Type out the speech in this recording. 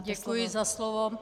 Děkuji za slovo.